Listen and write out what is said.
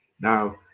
now